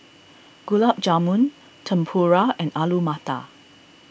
Gulab Jamun Tempura and Alu Matar